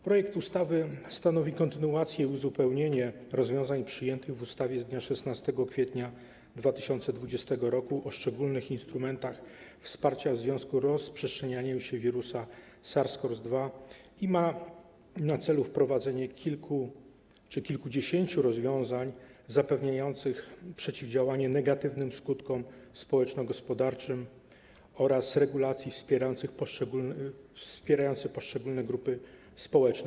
Projekt ustawy stanowi kontynuację i uzupełnienie rozwiązań przyjętych w ustawie z dnia 16 kwietnia 2020 r. o szczególnych instrumentach wsparcia w związku z rozprzestrzenianiem się wirusa SARS-CoV-2 i ma na celu wprowadzenie kilku czy kilkudziesięciu rozwiązań zapewniających przeciwdziałanie negatywnym skutkom społeczno-gospodarczym oraz regulacji wspierających poszczególne grupy społeczne.